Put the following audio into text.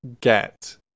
get